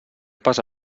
passa